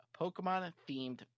Pokemon-themed